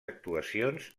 actuacions